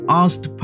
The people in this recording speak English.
asked